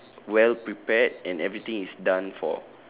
well prepared and everything is done for